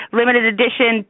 limited-edition